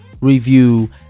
review